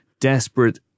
desperate